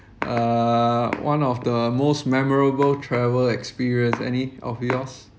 uh one of the most memorable travel experience any of yours